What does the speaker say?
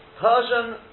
Persian